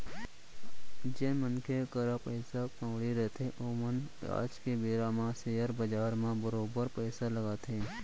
जेन मनखे करा पइसा कउड़ी रहिथे ओमन आज के बेरा म सेयर बजार म बरोबर पइसा लगाथे